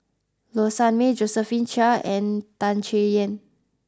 Low Sanmay Josephine Chia and Tan Chay Yan